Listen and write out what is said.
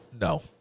No